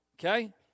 okay